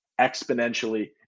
exponentially